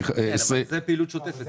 אבל זו פעילות שוטפת.